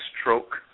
stroke